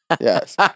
Yes